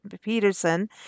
Peterson